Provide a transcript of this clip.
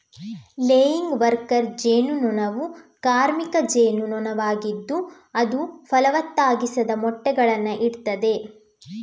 laying worker ಜೇನು ನೊಣವು ಕಾರ್ಮಿಕ ಜೇನು ನೊಣವಾಗಿದ್ದು ಅದು ಫಲವತ್ತಾಗಿಸದ ಮೊಟ್ಟೆಗಳನ್ನ ಇಡ್ತದೆ